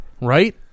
right